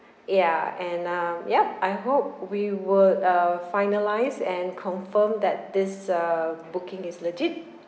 ya and um ya I hope we would uh finalised and confirmed that this uh booking is legit